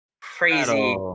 Crazy